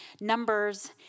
Numbers